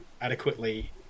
adequately